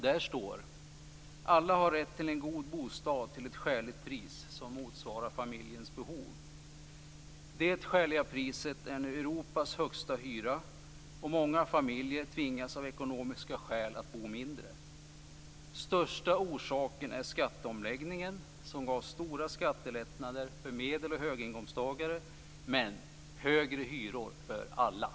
Det står där att alla har rätt till en god bostad till ett skäligt pris som motsvarar familjens behov. Det skäliga priset är nu Europas högsta hyra, och många familjer har av ekonomiska skäl tvingats att minska sitt boende. Den största orsaken till detta är skatteomläggningen, som gav stora skattelättnader för medel och höginkomsttagare men högre hyror för alla.